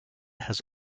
has